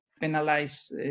penalize